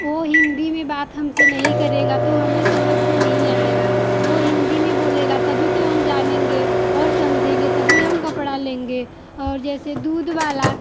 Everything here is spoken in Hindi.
वो हिंदी में बात हमसे नहीं करेगा तो हमें समझ में नहीं आएगा वो हिंदी में बोलेगा तभी तो हम जानेंगे और समझेंगे तभी हम कपड़ा लेंगे और जैसे दूध वाला